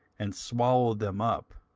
and swallowed them up,